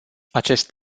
acest